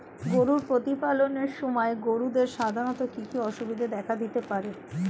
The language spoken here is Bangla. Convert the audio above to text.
গরু প্রতিপালনের সময় গরুদের সাধারণত কি কি অসুবিধা দেখা দিতে পারে?